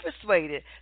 persuaded